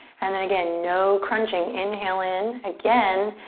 and then again, no crunching. inhale in again,